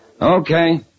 Okay